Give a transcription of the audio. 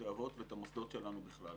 בתי האבות ואת המוסדות שלנו בכלל.